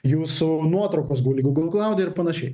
jūsų nuotraukos guli google klaude